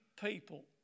people